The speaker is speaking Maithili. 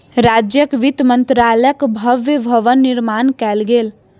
राज्यक वित्त मंत्रालयक भव्य भवन निर्माण कयल गेल